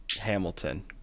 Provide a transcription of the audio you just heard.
Hamilton